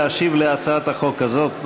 להשיב על הצעת החוק הזאת.